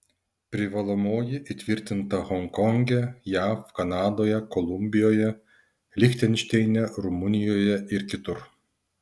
privalomoji įtvirtinta honkonge jav kanadoje kolumbijoje lichtenšteine rumunijoje ir kitur